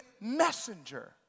messenger